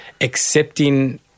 accepting